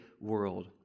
world